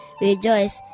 Rejoice